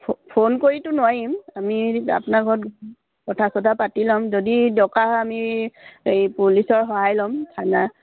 ফো ফোন কৰিতো নোৱাৰিম আমি আপোনাৰ ঘৰত কথা চথা পাতি ল'ম যদি দৰকাৰ আমি এই পুলিচৰ সহায় ল'ম থানা